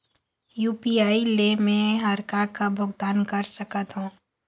UPI ले मे हर का का भुगतान कर सकत हो?